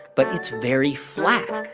but it's very flat.